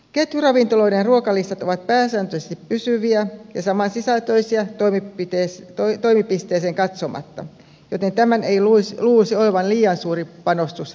ketjuravintoloiden ruokalistat ovat pääsääntöisesti pysyviä ja samansisältöisiä toimipisteeseen katsomatta joten tämän ei luulisi olevan liian suuri panostus ravintolaketjuiltakaan